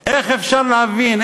איך אפשר להבין?